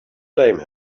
blame